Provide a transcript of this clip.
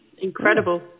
Incredible